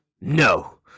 No